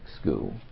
School